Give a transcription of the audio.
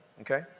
Okay